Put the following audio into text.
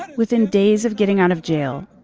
but within days of getting out of jail.